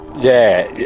yeah,